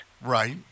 right